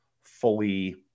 fully